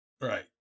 Right